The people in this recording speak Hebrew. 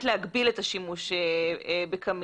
ולהגביל את השימוש בקמינים?